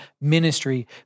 ministry